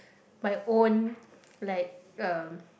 my own like uh